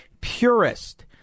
purist